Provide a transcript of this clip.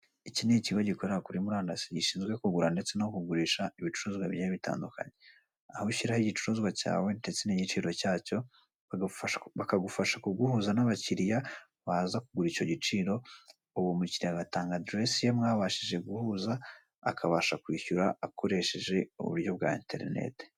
Iki ni ikigo gikorera kuri murandasi gishinzwe kugura ndetse no kugurisha ibicuruzwa bigiye bitandukanye, aho ushyiraho igicuruzwa cyawe ndetse n'igiciro cyacyo, bakagufasha kuguhuza n'abakiliya baza kugura icyo giciro, uwo mukiliya agatanga aderesi ye mwabashije guhuza, akabasha kwishyura akoresheje uburyo bwa interinete.